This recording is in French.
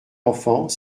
enfant